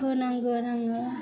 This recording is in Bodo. होनांगोन आङो